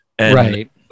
Right